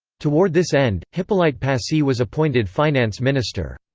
toward this end, hippolyte passy was appointed finance minister.